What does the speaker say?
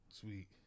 Sweet